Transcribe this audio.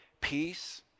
peace